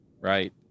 right